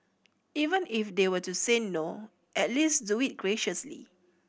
even if they were to say no at least do it graciously